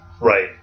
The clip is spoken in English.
Right